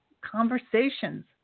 conversations